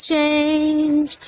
Change